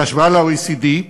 בהשוואה ל-OECD,